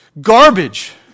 garbage